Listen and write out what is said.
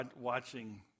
watching